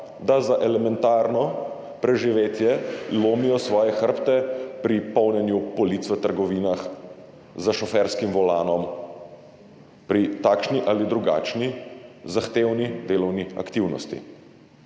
da za elementarno preživetje lomijo svoje hrbte pri polnjenju polic v trgovinah, za šoferskim volanom, pri takšni ali drugačni zahtevni delovni aktivnosti.